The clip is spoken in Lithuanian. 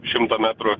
šimtą metrų